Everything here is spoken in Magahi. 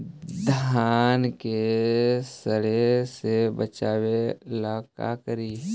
धान के सड़े से बचाबे ला का करि?